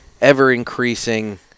ever-increasing